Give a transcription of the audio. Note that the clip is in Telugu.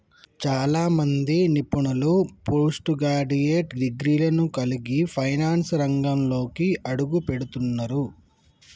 చాలా మంది నిపుణులు పోస్ట్ గ్రాడ్యుయేట్ డిగ్రీలను కలిగి ఫైనాన్స్ రంగంలోకి అడుగుపెడుతున్నరు